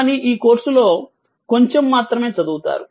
కానీ ఈ కోర్సులో కొంచెం మాత్రమే చదువుతారు